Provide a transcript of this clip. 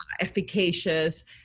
efficacious